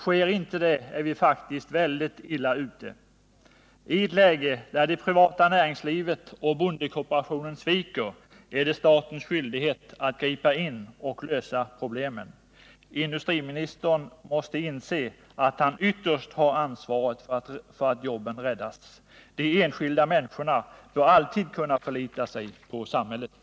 Sker inte det är vi faktiskt väldigt illa ute. I ett läge där det privata näringslivet och bondekooperationen sviker är det statens skyldighet att gripa in och lösa problemen. Industriministern måste inse att han ytterst har ansvaret för att jobben räddas. De enskilda människorna bör alltid kunna förlita sig på samhället.